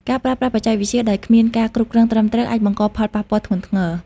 ការប្រើប្រាស់បច្ចេកវិទ្យាដោយគ្មានការគ្រប់គ្រងត្រឹមត្រូវ អាចបង្កផលប៉ះពាល់ធ្ងន់ធ្ងរ។